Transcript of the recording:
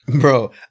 Bro